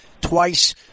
twice